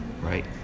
right